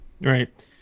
Right